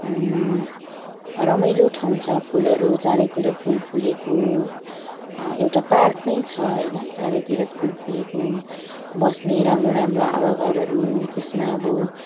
रमाइलो ठाउँ छ फुलहरू चारैतिर फुल फुलेको एउटा पार्क नै छ होइन चारैतिर फुल फुलेको बस्ने राम्रो राम्रो हावा घरहरू त्यसमा अब